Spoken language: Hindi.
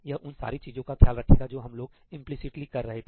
यह उन सारी चीजों का ख्याल रखेगा जो हम लोग इंपलीसिटली कर रहे थे